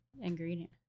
ingredient